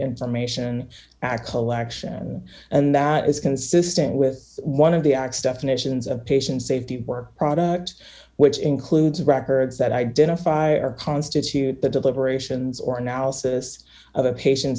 information act collection and that is consistent with one of the x definitions of patient safety work product which includes records that identify or constitute the deliberations or analysis of a patient